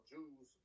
Jews